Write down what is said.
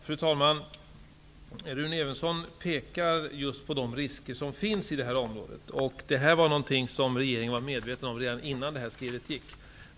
Fru talman! Rune Evensson pekar just på de risker som finns i det här området. Detta var något som regeringen var medveten om innan det här skredet gick.